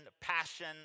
passion